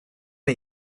wir